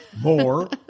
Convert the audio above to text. more